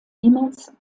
niemals